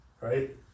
right